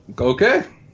okay